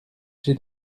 j’ai